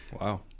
Wow